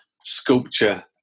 sculpture